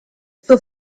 zur